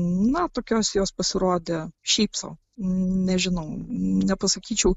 na tokios jos pasirodė šiaip sau nežinau nepasakyčiau